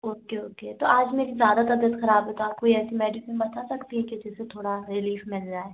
okay okay तो आज मेरी ज़्यादा ताबीयत ख़राब है तो आप कोई ऐसी मेडिसिन बता सकती है कि जिससे थोड़ा रिलीफ़ मिल जाए